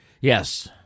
Yes